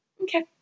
Okay